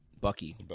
Bucky